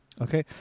Okay